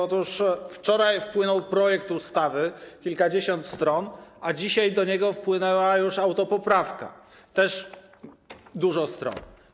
Otóż wczoraj wpłynął projekt ustawy, kilkadziesiąt stron, a dzisiaj do niego wpłynęła już autopoprawka, też dużo stron.